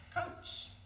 coats